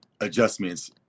adjustments